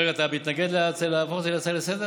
רגע, אתה מתנגד להפוך את זה להצעה לסדר-היום?